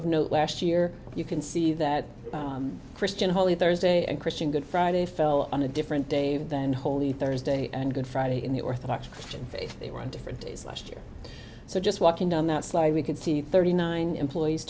of no last year you can see that christian holy thursday and christian good friday fell on a different dave than holy thursday and good friday in the orthodox christian faith they were on different days last year so just walking down that slide we can see thirty nine employees